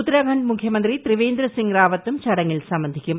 ഉത്തരാഖണ്ഡ് മുഖ്യമന്ത്രി ത്രിവേന്ദ്ര സിംഗ് റാവത്തും ചടങ്ങിൽ സംബന്ധിക്കും